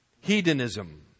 Hedonism